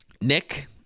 Nick